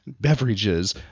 beverages